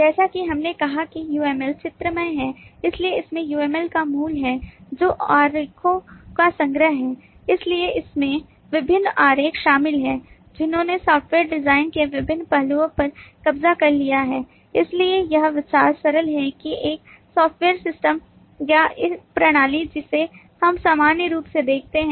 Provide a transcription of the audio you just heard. जैसा कि मैंने कहा कि UML चित्रमय है इसलिए इसमें UML का मूल है जो आरेखों का संग्रह है इसलिए इसमें विभिन्न आरेख शामिल हैं जिन्होंने सॉफ्टवेयर डिजाइन के विभिन्न पहलुओं पर कब्जा कर लिया है इसलिए यह विचार सरल है कि एक सॉफ्टवेयर सिस्टम या एक प्रणाली जिसे हम सामान्य रूप से देखते हैं